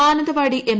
Mananthavady M